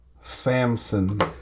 Samson